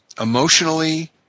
emotionally